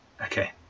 Okay